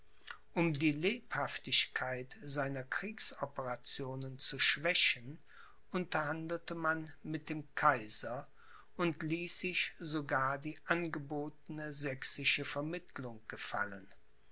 um die lebhaftigkeit seiner kriegsoperationen zu schwächen unterhandelte man mit dem kaiser und ließ sich sogar die angebotene sächsische vermittlung gefallen